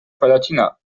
palatinat